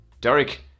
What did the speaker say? Derek